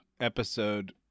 episode